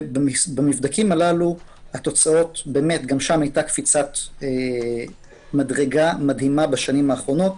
ובמבדקים האלה גם שם היתה קפיצת מדרגה מדהימה בשנים האחרונות,